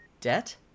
Debt